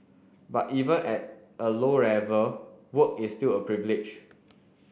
but even at a low level work is still a privilege